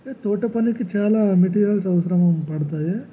హే తోటపనికి చాలా మెటీరియల్స్ అవసరం పడతుంది